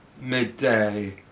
midday